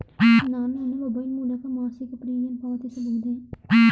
ನಾನು ನನ್ನ ಮೊಬೈಲ್ ಮೂಲಕ ಮಾಸಿಕ ಪ್ರೀಮಿಯಂ ಪಾವತಿಸಬಹುದೇ?